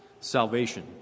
salvation